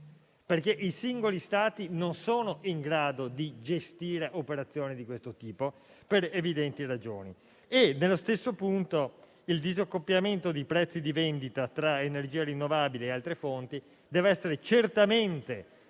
perché i singoli Stati non sono in grado di gestire operazioni di questo tipo, per evidenti ragioni. Allo stesso modo, il disaccoppiamento dei prezzi di vendita tra energia rinnovabile e altre fonti deve essere certamente